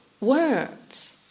words